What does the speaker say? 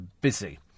busy